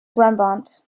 brabant